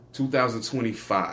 2025